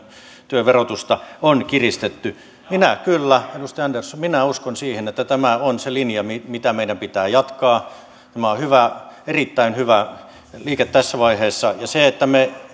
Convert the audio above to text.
työn verotusta on kiristetty minä kyllä edustaja andersson uskon siihen että tämä on se linja mitä meidän pitää jatkaa tämä on hyvä erittäin hyvä liike tässä vaiheessa ja se että me